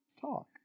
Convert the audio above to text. talk